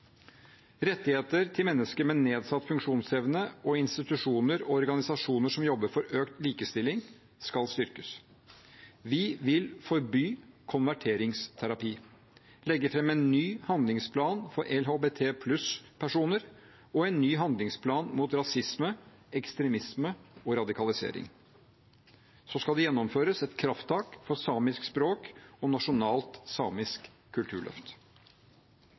til mennesker med nedsatt funksjonsevne og institusjoner og organisasjoner som jobber for økt likestilling, skal styrkes. Vi vil forby konverteringsterapi, legge fram en ny handlingsplan for LHBT+-personer og en ny handlingsplan mot rasisme, ekstremisme og radikalisering. Det skal gjennomføres et krafttak for samiske språk og et nasjonalt samisk kulturløft.